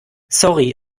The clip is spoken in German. sorry